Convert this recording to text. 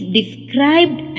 described